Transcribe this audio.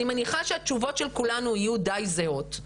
אני מניחה שהתשובות של כולנו יהיו די זהות,